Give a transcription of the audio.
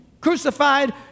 crucified